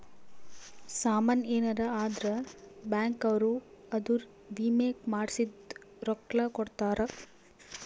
ಸಾಮನ್ ಯೆನರ ಅದ್ರ ಬ್ಯಾಂಕ್ ಅವ್ರು ಅದುರ್ ವಿಮೆ ಮಾಡ್ಸಿದ್ ರೊಕ್ಲ ಕೋಡ್ತಾರ